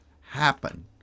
happen